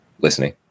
listening